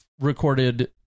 recorded